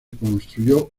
construyó